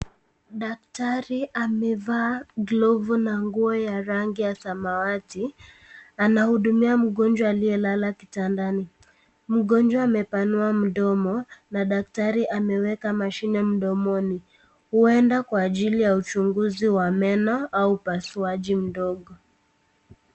Daktari amevaa glovu na nguo ya rangi ya samawati anahudumia mgonjwa aliyelala kitandani. Mgonjwa amepanua mdomo na daktari ameweka mashine mdomoni. Huenda kwa ajili ya uchunguzi wa meno au upasuaji mdogo.